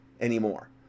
anymore